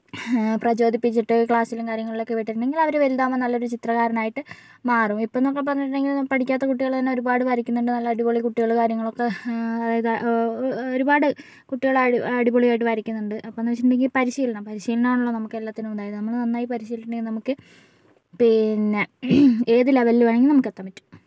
പ്രചോദിപ്പിച്ചിട്ട് ക്ലാസ്സിലും കാര്യങ്ങളിലും ഒക്കെ വിട്ടിരുന്നെങ്കില് അവര് വലുതാവുമ്പോ നല്ല ഒരു ചിത്രകാരന് ആയിട്ട് മാറും ഇപ്പൊ എന്നൊക്കെ പറഞ്ഞിട്ടുണ്ടെങ്കിൽ പഠിക്കാത്ത കുട്ടികള് തന്നെ ഒരുപാട് വരക്കുന്നുണ്ട് നല്ല അടിപൊളി കുട്ടികളും കാര്യങ്ങളൊക്കെ അതായത് ഒരുപാട് കുട്ടികള് അടിപൊളി ആയിട്ട് വരക്കുന്നുണ്ട് അപ്പോ എന്ന് വച്ചിട്ടുണ്ടെങ്കില് പരിശീലനം പരിശീലനം ആണല്ലോ നമുക്ക് എല്ലാത്തിനും ഇതായത് നമ്മൾ നന്നായി പരിശീലിച്ചിട്ടുണ്ടെങ്കിൽ നമുക്ക് പിന്നേ ഏതു ലെവലില് വേണമെങ്കിലും നമുക്ക് എത്താന് പറ്റും